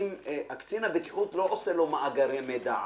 קצין הבטיחות לא עושה לו מאגרי מידע עכשיו.